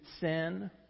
sin